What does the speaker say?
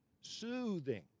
soothing